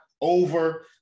over